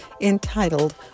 entitled